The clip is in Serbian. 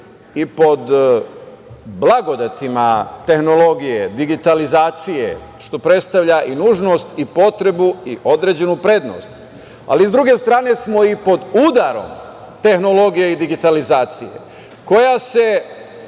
i pod blagodetima tehnologije, digitalizacije, što predstavlja i nužnost i potrebu i određenu prednost, ali s druge strane smo i pod udarom tehnologije i digitalizacije, koja se